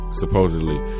supposedly